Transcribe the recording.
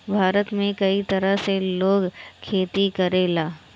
भारत में कई तरह से लोग खेती करेला